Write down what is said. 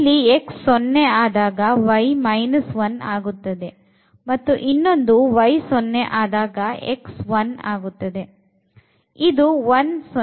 ಇಲ್ಲಿ x 0 ಆದಾಗ y 1 ಆಗುತ್ತದೆ ಮತ್ತು ಇನ್ನೊಂದು y 0 ಆದಾಗ x 1 ಆಗುತ್ತದೆ ಇದು 10 ಎಂಬ ಬಿಂದು